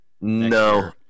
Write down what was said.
No